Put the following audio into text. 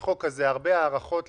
זה לא החוק שלנו,